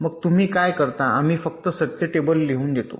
मग तुम्ही काय करता आम्ही फक्त सत्य टेबल लिहून घेतो